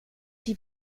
die